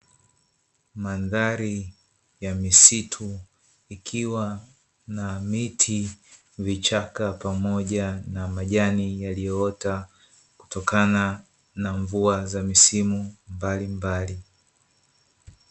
Madhari ya misitu ikiwa na miti, vichaka pamoja na majani yaliyoota kutokana na mvua za misimu mbalimbali.